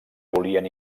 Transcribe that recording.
volien